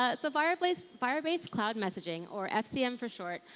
ah so firebase firebase cloud messaging, or fcm for short,